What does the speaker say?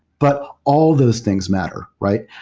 but all those things matter, right?